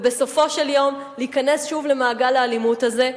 ובסופו של יום להיכנס שוב למעגל האלימות הזה?